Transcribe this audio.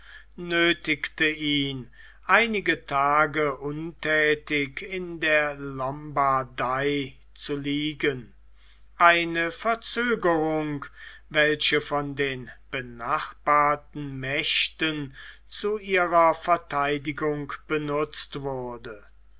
nöthigte ihn einige tage unthätig in der lombardei zu liegen eine verzögerung welche von den benachbarten mächten zu ihrer vertheidigung benutzt wurde